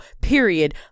period